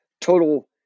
total